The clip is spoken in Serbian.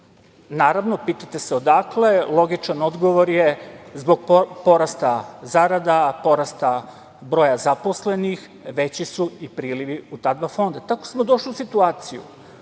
Naravno, pitate se odakle? Logičan odgovor je zbog porasta zarada, porasta broja zaposlenih, veći su i prilivi u ta dva fonda. Tako smo došli u situaciju